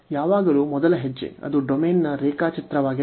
ಯಾವಾಗಲೂ ಮೊದಲ ಹೆಜ್ಜೆ ಅದು ಡೊಮೇನ್ನರೇಖಾಚಿತ್ರವಾಗಿರಬೇಕು